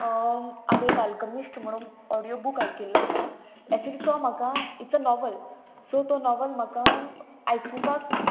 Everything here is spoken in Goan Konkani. हांवें एक आल्कमिस्ट म्हणून ऑडियो बूक आयकिल्लो आसा एक्सिलिफ तो म्हाका इच अ नॉव्हल सो तो नॉवल म्हाका आयकुपाक